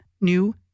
new